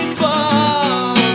fall